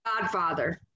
Godfather